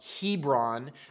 Hebron